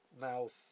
mouth